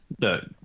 No